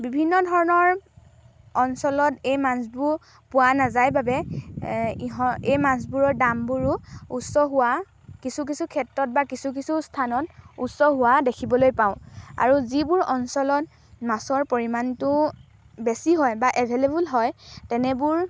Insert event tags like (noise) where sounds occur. বিভিন্ন ধৰণৰ অঞ্চলত এই মাছবোৰ পোৱা নাযায় বাবে (unintelligible) এই মাছবোৰৰ দামবোৰো উচ্চ হোৱা কিছু কিছু ক্ষেত্ৰত বা কিছু কিছু স্থানত উচ্চ হোৱা দেখিবলৈ পাওঁ আৰু যিবোৰ অঞ্চলত মাছৰ পৰিমাণটো বেছি হয় বা এভেইলেবোল হয় তেনেবোৰ